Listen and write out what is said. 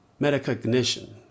metacognition